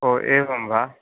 ओ एवं वा